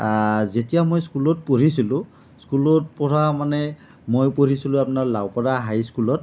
যেতিয়া মই স্কুলত পঢ়িছিলোঁ স্কুলত পঢ়া মানে মই পঢ়িছিলোঁ আপোনাৰ লাওকৰা হাইস্কুলত